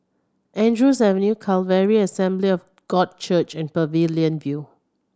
Andrews Avenue Calvary Assembly of God Church and Pavilion View